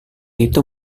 itu